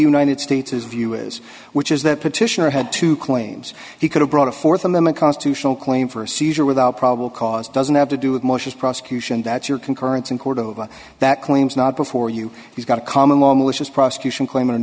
united states his view is which is that petitioner had two claims he could have brought a fourth amendment constitutional claim for a seizure without probable cause doesn't have to do with moshe's prosecution that your concurrence in cordova that claims not before you he's got a common law malicious prosecution claim and